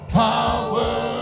power